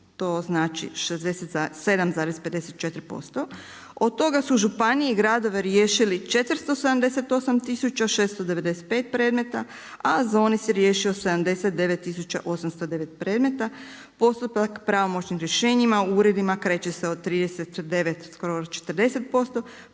to znači 67,54% posto. Od toga su županije i gradovi riješili 478 tisuća 695 predmeta a AZONIZ je riješio 79 tisuća 809 predmeta, postupak pravomoćnim rješenjima u uredima kreće se od 39 skoro 40%